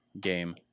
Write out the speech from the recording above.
game